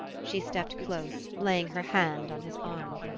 she stepped close, laying her hand on his arm.